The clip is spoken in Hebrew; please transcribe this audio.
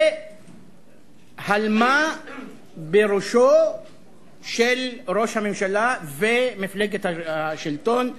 והלמה בראשו של ראש הממשלה ומפלגת השלטון,